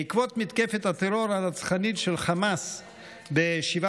בעקבות מתקפת הטרור הרצחנית של חמאס ב-7